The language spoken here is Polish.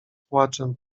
płaczem